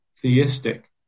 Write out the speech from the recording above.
theistic